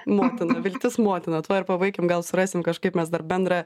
motina viltis motina tuo ir pabaikim gal surasim kažkaip mes dar bendrą